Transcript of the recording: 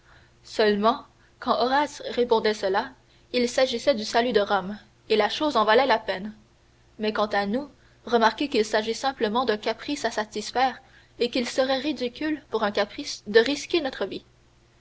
seulement quand horace répondait cela il s'agissait du salut de rome et la chose en valait la peine mais quant à nous remarquez qu'il s'agit simplement d'un caprice à satisfaire et qu'il serait ridicule pour un caprice de risquer notre vie